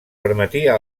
permetia